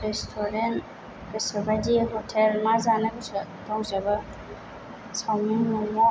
restaurant गोसो बाइदि hotel मा जानो गोसो दंजोबो सावमिन मम'